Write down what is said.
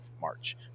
march